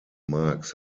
marx